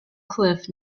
cliff